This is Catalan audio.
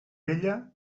vella